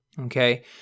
Okay